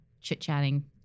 chit-chatting